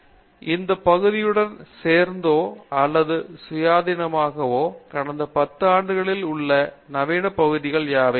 பேராசிரியர் பிரதாப் ஹரிடாஸ் இந்த பகுதியுடன் சேர்தோ அல்லது சுயாதீனமாகவோ கடத்த 10 ஆண்டுகளில் உள்ள நவீன பகுதிகள் யாவை